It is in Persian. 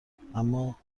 بودند، اما